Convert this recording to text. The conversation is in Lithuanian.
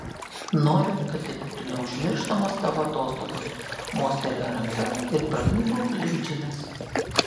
noriu kad tai būtų neužmirštamos tavo atostogos mostelėjo ranka ir pradingo lyg džinas